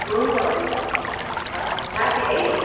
हुन्छ हुन्छ हुन्छ हवस् त राखेँ है